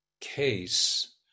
case